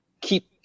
keep